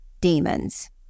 demons